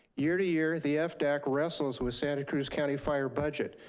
year to year, the fdac wrestles with santa cruz county fire budget,